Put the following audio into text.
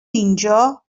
اینجا